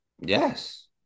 yes